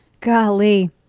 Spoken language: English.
Golly